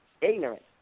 ignorant